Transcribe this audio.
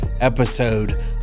episode